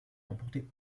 remporter